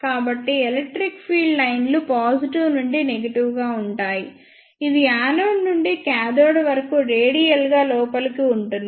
కాబట్టి electric field లైన్లు positive నుండి నెగిటివ్ గా ఉంటాయి ఇది యానోడ్ నుండి కాథోడ్ వరకు రేడియల్గా లోపలికి ఉంటుంది